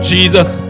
Jesus